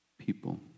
people